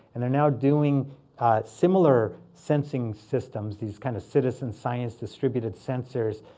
and they're now doing similar sensing systems, these kind of citizen science-distributed sensors,